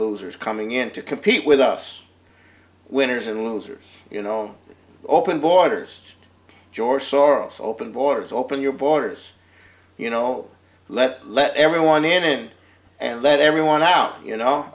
losers coming in to compete with us winners and losers you know open borders george soros open borders open your borders you know let's let everyone in and let everyone out you know